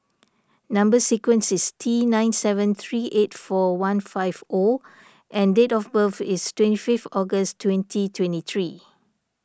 Number Sequence is T nine seven three eight four one five O and date of birth is twenty fifth August twenty twenty three